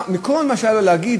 מכל מה שהיה לו להגיד,